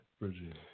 Virginia